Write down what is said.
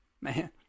man